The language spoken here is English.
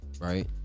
right